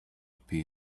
pay